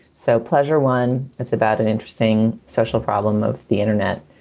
so pleasure one. it's about an interesting social problem of the internet,